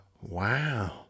wow